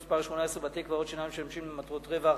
(מס' 18) (בתי-קברות שאינם משמשים למטרות רווח),